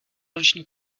ruční